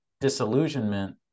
disillusionment